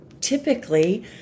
typically